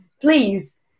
Please